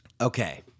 Okay